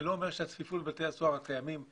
זה לא אומר שהצפיפות בבתי הסוהר הקיימים קטנה.